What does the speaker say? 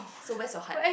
so where's you're heart